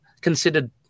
considered